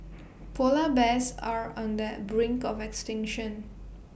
Polar Bears are on the brink of extinction